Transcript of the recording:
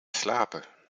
slapen